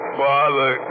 bother